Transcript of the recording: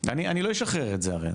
אני לא אשחרר את זה הרי.